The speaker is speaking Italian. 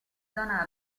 zona